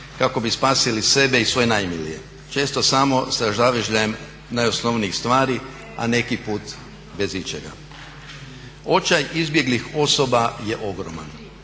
kako bi spasili sebe i svoje najmilije. Često samo sa zavežljajem najosnovnijih stvari, a neki put bez ičega. Očaj izbjeglih osoba je ogroman.